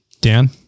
Dan